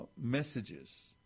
messages